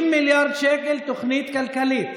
30 מיליארד שקל, תוכנית כלכלית,